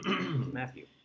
Matthew